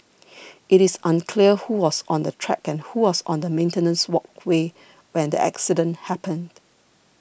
it is unclear who was on the track and who was on the maintenance walkway when the accident happened